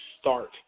start